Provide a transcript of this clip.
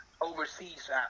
overseas